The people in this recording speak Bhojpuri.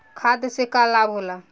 खाद्य से का लाभ होला?